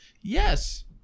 Yes